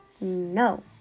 no